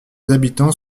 habitants